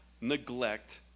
neglect